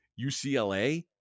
UCLA